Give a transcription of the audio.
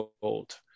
gold